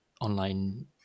Online